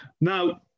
Now